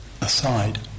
aside